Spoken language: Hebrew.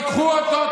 תיקחו אותו,